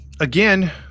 Again